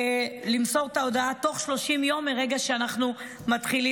למסור את ההודעה בתוך 30 יום מרגע שיחול החוק,